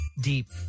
deep